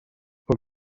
fue